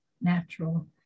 natural